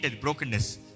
brokenness